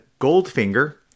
Goldfinger